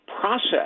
process